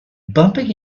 bumping